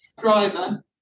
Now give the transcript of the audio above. driver